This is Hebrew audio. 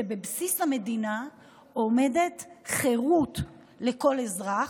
שבבסיס המדינה עומדת חירות לכל אזרח.